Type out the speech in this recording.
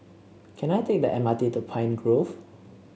can I take the M R T to Pine Grove